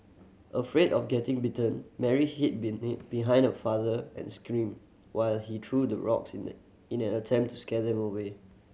afraid of getting bitten Mary hid behind her father and screamed while he threw the rocks in the in an attempt to scare them away